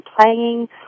playing